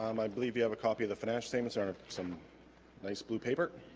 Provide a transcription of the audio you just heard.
um i believe you have a copy of the financial statements are some nice blue paper